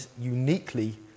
uniquely